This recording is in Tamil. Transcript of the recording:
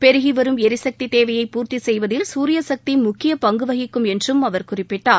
பெருகி வரும் எரிசக்தித் தேவையை பூர்த்தி செய்வதில் சூரிய சக்தி முக்கிய பங்கு வகிக்கும் என்றும் அவர் குறிப்பிட்டார்